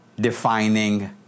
defining